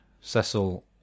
Cecil